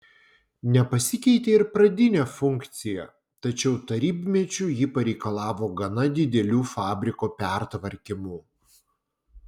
nepasikeitė ir pradinė funkcija tačiau tarybmečiu ji pareikalavo gana didelių fabriko pertvarkymų